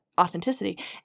authenticity